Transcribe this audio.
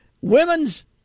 women's